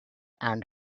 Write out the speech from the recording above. and